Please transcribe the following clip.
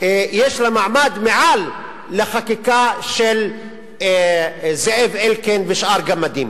יש לה מעמד מעל לחקיקה של זאב אלקין ושאר גמדים.